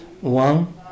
one